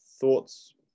thoughts